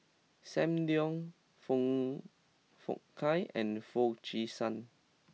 Sam Leong Foong Fook Kay and Foo Chee San